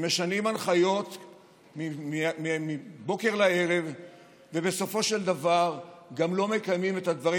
כשמשנים הנחיות מבוקר לערב ובסופו של דבר גם לא מקיימים את הדברים